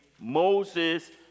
Moses